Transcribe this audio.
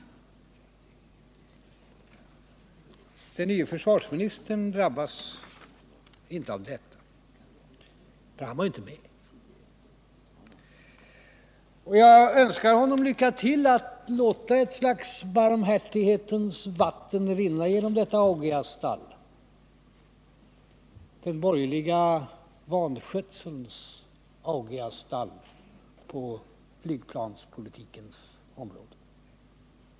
Den nye försvarsministern drabbas inte av detta, för han var ju inte med. Jag önskar honom lycka till med att låta ett slags barmhärtighetens vatten rinna genom detta den borgerliga vanskötselns augiasstall på flygplanspolitikens område.